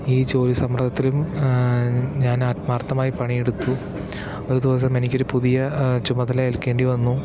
ഈ ജോലി സമ്മര്ദ്ദത്തിലും ഞാന് ആത്മാര്ത്ഥമായി പണിയെടുത്തു ഒരു ദിവസം എനിക്ക് ഒരു പുതിയ ചുമതല ഏല്ക്കേണ്ടി വന്നു